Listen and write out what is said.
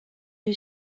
est